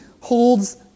holds